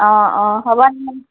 অঁ অঁ হ'ব তেনেহ'লে